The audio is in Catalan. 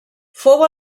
fou